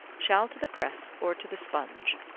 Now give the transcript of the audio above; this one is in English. shall to the press or to the sponge.